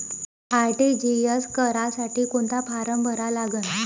RTGS करासाठी कोंता form भरा लागन?